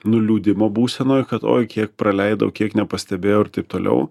nuliūdimo būsenoj kad oi kiek praleidau kiek nepastebėjau ir taip toliau